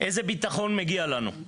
איזה ביטחון מגיע לנו.